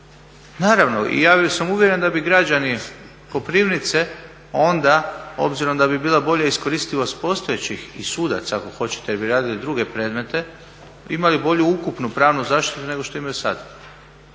Naravno, ja sam uvjeren da bi građani Koprivnice onda obzirom da bi bila bolja iskoristivost postojećih i sudaca ako hoćete jer bi radili druge predmete imali bolju ukupnu pravnu zaštitu nego što imaju sada.